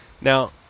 Now